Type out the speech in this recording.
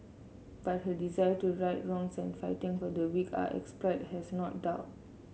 but her desire to right wrongs and fight for the weak are exploited has not dulled